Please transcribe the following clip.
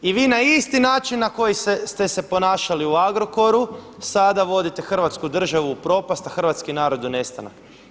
I vi na isti način na koji ste se ponašali u Agrokoru sada vodite Hrvatsku državu u propast, a hrvatski narod u nestanak.